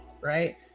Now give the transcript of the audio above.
right